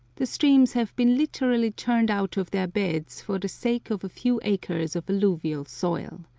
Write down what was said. the streams have been literally turned out of their beds for the sake of a few acres of alluvial soil.